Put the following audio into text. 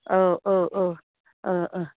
औ औ औ ओ